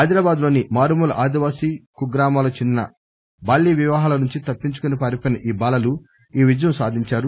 ఆదిలాబాద్ లోని మారుమూల ఆదివాసీ కుగ్రామాలకు చెందిన బాల్య వివాహాల నుంచి తప్పించుకుని పారిపోయిన ఈ బాలలు ఈ విజయం సాధించారు